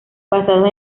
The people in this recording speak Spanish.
basados